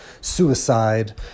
suicide